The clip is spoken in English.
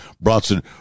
Bronson